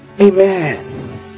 Amen